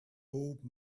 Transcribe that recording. old